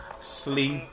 Sleep